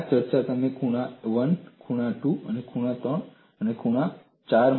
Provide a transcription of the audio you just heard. આ જ ચર્ચા તમે ખૂણા 1 ખૂણા 2 ખૂણા 3 ખૂણા 4